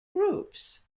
groups